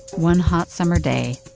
one hot summer day,